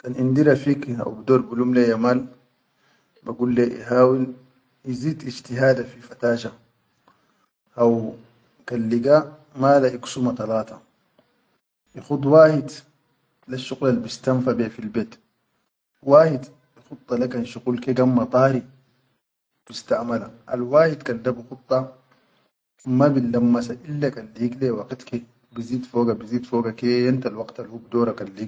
Kan indi rafiq haw bidor bi lum leyya mal ba gul leyya ihawil, izid ishtihada fi fatasha, haw kan liga mala iksuma le talata ikhud wahid le shuqulal bistansa fiya fi bet, wahid ikhuda le kan shuqul ganma bistaʼamala, al wahid da kan bi khuda ma billanmasa ille kan ligleya waqit ke bizid foga bizid foga ke yamtal waqit al hu bidaura.